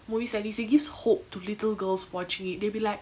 movies like this it gives hope to little girls watching it they will be like